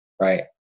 right